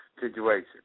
Situation